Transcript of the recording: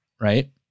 right